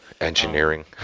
Engineering